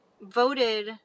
voted